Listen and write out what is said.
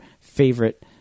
favorite